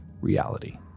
reality